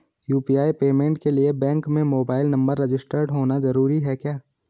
UPI payment के लिए bank में मोबाइल नंबर रजिस्टर्ड होना जरूरी है क्या?